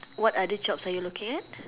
what other jobs are you looking at